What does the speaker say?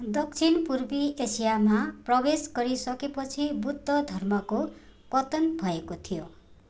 दक्षिणपूर्वी एसियामा प्रवेश गरिसकेपछि बुद्ध धर्मको पतन भएको थियो